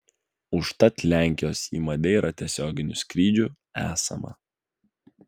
užtat iš lenkijos į madeirą tiesioginių skrydžių esama